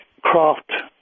craft